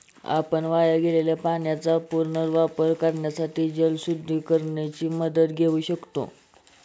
आपण वाया गेलेल्या पाण्याचा पुनर्वापर करण्यासाठी जलसुधारणेची मदत घेऊ शकतो